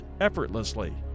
effortlessly